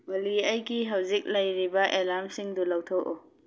ꯑꯣꯂꯤ ꯑꯩꯒꯤ ꯍꯧꯖꯤꯛ ꯂꯩꯔꯤꯕ ꯑꯦꯂꯥꯝꯁꯤꯡꯗꯨ ꯂꯧꯊꯣꯛꯎ